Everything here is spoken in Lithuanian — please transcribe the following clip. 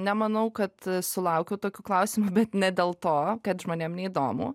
nemanau kad sulaukiau tokių klausimų bet ne dėl to kad žmonėm neįdomu